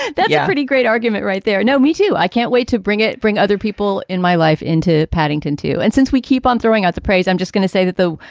that's a pretty great argument right there. no, me too. i can't wait to bring it bring other people in my life into paddington to and since we keep on throwing out the praise, i'm just going to say that, though,